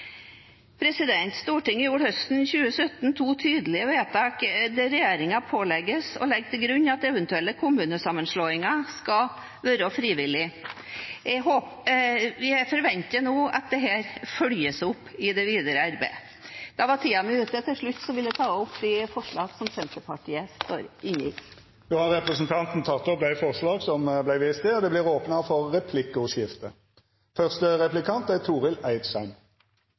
Stortinget gjorde høsten 2017 to tydelige vedtak der regjeringen pålegges å legge til grunn at eventuelle kommunesammenslåinger skal være frivillige. Jeg forventer nå at dette følges opp i det videre arbeidet. Til slutt vil jeg ta opp de forslag som Senterpartiet fremmer i innstillingen. Representanten har teke opp dei forslaga ho refererte til. Det vert replikkordskifte. Framtidsutviklinga er avhengig av rask og tilgjengeleg infrastruktur for